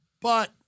but-